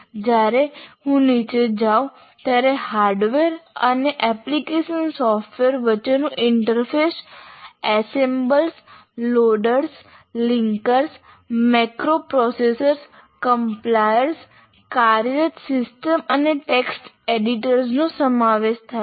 જ્યારે હું નીચે જાઉં ત્યારે હાર્ડવેર અને એપ્લિકેશન સોફ્ટવેર વચ્ચેનું interface assemblers loaders linkers macro processors compilers કાર્યરત સિસ્ટમ્સ અને ટેક્સ્ટ એડિટર્સનો સમાવેશ કરે છે